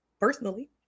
personally